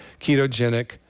ketogenic